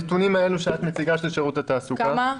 כמה?